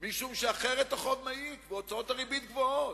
משום שאחרת החוב מעיק והוצאות הריבית גבוהות.